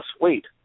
weight